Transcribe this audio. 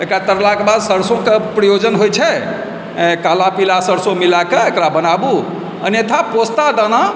एकरा तरलाक बाद सरसोके प्रयोजन होइत छै कलापीला सरसो मिलाकऽ एकरा बनाबू अन्यथा पोस्तादाना